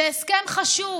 זה הסכם חשוב,